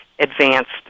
advanced